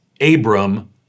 Abram